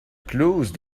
clause